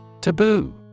Taboo